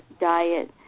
diet